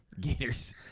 Gators